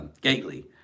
Gately